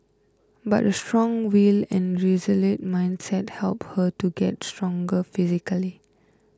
but a strong will and resolute mindset helped her to get stronger physically